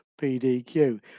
PDQ